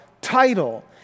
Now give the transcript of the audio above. title